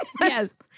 yes